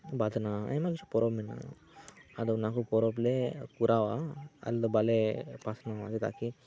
ᱵᱟᱫᱽᱱᱟ ᱟᱭᱢᱟ ᱠᱤᱪᱷᱩ ᱯᱚᱨᱚᱵᱽ ᱢᱮᱱᱟᱜᱼᱟ ᱟᱫᱚ ᱚᱱᱟᱠᱚ ᱯᱚᱨᱚᱵᱽ ᱞᱮ ᱠᱚᱨᱟᱣᱟ ᱟᱞᱮ ᱵᱟᱞᱮ ᱯᱟᱥᱱᱟᱣᱟ ᱪᱮᱫᱟᱜ ᱡᱮ